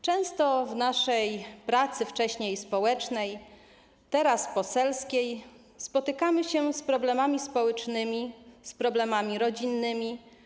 Często w naszej pracy, wcześniej społecznej, a teraz poselskiej, spotykamy się z problemami społecznymi, z problemami rodzinnymi.